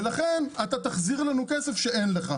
ולכן אתה תחזיר לנו כסף שאין לך.